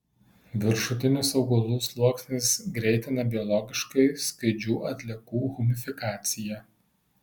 viršutinis augalų sluoksnis greitina biologiškai skaidžių atliekų humifikaciją